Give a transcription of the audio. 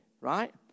right